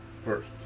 First